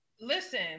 listen